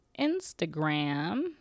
Instagram